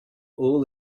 all